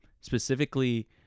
Specifically